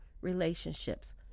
relationships